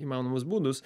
įmanomus būdus